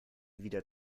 wieder